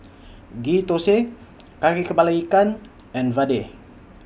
Ghee Thosai Kari Kepala Ikan and Vadai